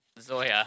Zoya